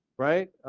right?